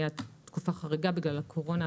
היתה תקופה חריגה בגלל הקורונה.